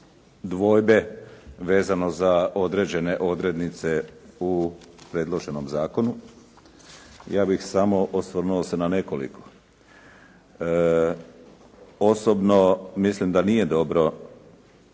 dvojbe vezano za određene odrednice u predloženom zakonu, ja bih samo osvrnuo se na nekoliko. Osobno mislim da nije dobro